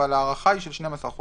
אבל ההארכה היא של 12 חודשים.